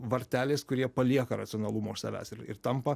varteliais kurie palieka racionalumą už savęs ir ir tampa